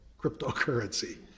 cryptocurrency